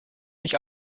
mich